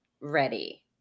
ready